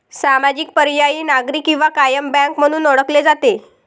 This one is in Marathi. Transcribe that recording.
सामाजिक, पर्यायी, नागरी किंवा कायम बँक म्हणून ओळखले जाते